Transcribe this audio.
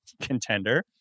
contender